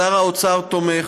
שר האוצר תומך,